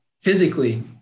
physically